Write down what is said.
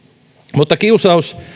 mutta kiusaus